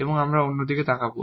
এবং এখন আমরা অন্যদিকে তাকাব